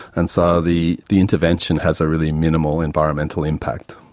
and so the the intervention has a really minimal environmental impact.